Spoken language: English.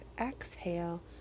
Exhale